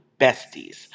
besties